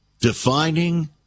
Defining